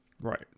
right